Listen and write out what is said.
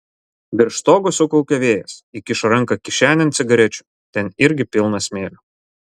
virš stogo sukaukė vėjas įkišo ranką kišenėn cigarečių ten irgi pilna smėlio